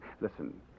Listen